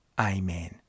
Amen